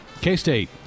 K-State